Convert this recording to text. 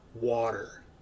water